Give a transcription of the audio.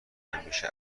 همیشه